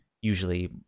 usually